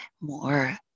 more